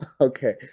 Okay